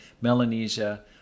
Melanesia